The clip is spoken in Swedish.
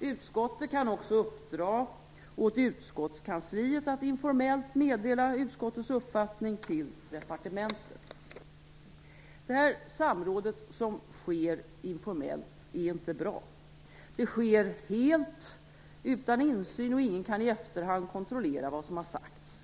Utskottet kan också uppdra åt utskottskansliet att informellt meddela utskottets uppfattning till departementet. Det här informella samrådet är inte bra. Det sker helt utan insyn, och ingen kan i efterhand kontrollera vad som har sagts.